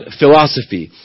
philosophy